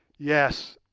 yes,